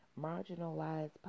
marginalized